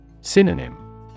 Synonym